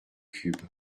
cubes